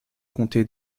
comté